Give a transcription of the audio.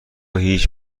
هیچ